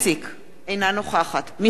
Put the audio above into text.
אינה נוכחת מיכאל איתן,